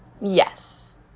Yes